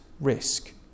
risk